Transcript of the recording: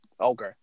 Okay